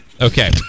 Okay